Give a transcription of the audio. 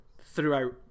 throughout